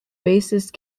bassist